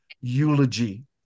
eulogy